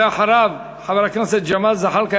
ואחריו, חבר הכנסת ג'מאל זחאלקה.